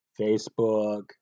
Facebook